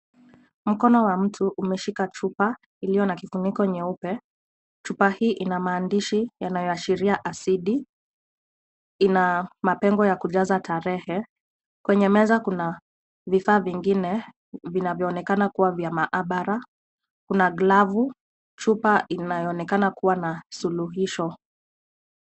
Mkono wa mtu umeshika chupa iliyo na kifuniko nyeupe. Chupa hii ina maandishi yanayoashiria asidi . Ina mapengo ya kujaza tarehe. Kwenye meza kuna vifaa vingine vinavyoonekana kuwa vya maabara. Kuna glavu, chupa inayoonekana kuwa na suluhisho.